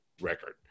record